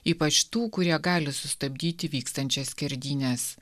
ypač tų kurie gali sustabdyti vykstančias skerdynes